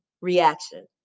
reaction